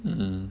mmhmm